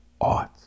art